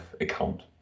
account